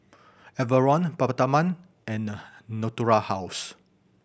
Enervon Peptamen and the Natura House